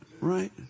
right